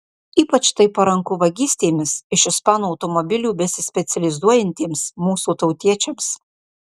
ypač tai paranku vagystėmis iš ispanų automobilių besispecializuojantiems mūsų tautiečiams